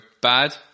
bad